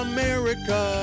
America